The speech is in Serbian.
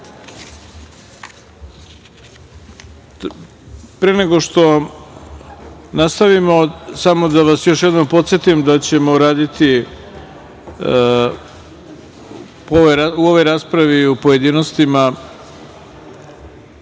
nego što nastavimo, samo da vas još jednom podsetim da ćemo raditi po ovoj raspravi u pojedinostima